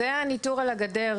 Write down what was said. זה הניטור על הגדר,